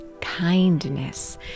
kindness